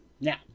Now